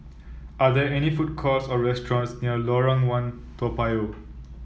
are there any food courts or restaurants near Lorong One Toa Payoh